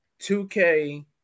2K